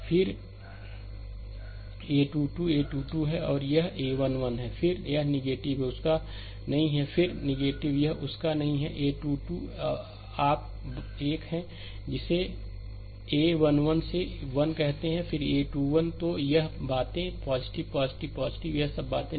और फिर यह a2 2a 2 2 है और यह a1 1 है और फिर यह उसका नहीं हैऔर फिर यह उसका नहीं हैकि a2 2 तो आप एक हैं जिसे a1 1 से 1 कहते हैं फिर a 21 तो यह सब बातें यह सब बातें